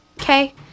Okay